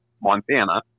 Montana